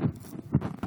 אני מראש מבקש, מיקי